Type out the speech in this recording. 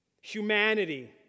Humanity